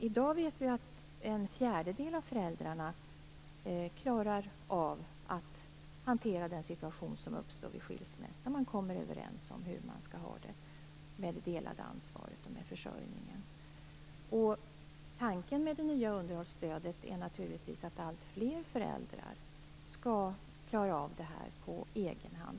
I dag vet vi att en fjärdedel av föräldrarna klarar att hantera den situation som uppstår vid en skilsmässa. Man kommer överens om hur man skall ha det med de delade ansvaret och med försörjningen. Tanken med det nya underhållsstödet är naturligtvis att alltfler föräldrar skall klara av det på egen hand.